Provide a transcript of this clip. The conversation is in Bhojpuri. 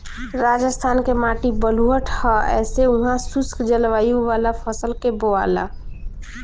राजस्थान के माटी बलुअठ ह ऐसे उहा शुष्क जलवायु वाला फसल के बोआला